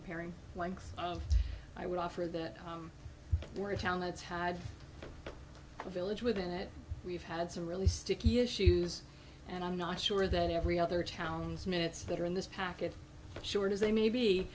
comparing length i would offer that we're a town that's had a village within that we've had some really sticky issues and i'm not sure that every other towns minutes that are in this package short as they may be